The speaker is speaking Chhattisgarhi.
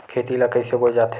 खेती ला कइसे बोय जाथे?